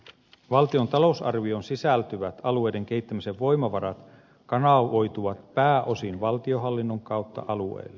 valtion talousarvioon sisältyvät alueiden kehittämisen voimavarat kanavoituvat pääosin valtionhallinnon kautta alueille